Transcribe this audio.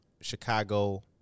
Chicago